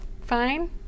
Fine